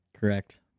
Correct